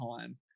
time